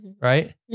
Right